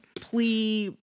plea